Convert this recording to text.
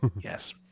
yes